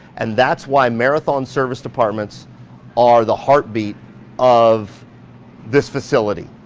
and that's why marathon service departments are the heartbeat of this facility.